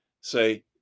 Say